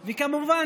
וכמובן,